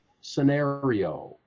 scenario